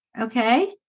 Okay